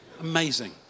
Amazing